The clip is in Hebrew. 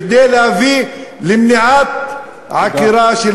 כדי להביא למניעת עקירה, תודה.